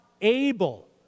able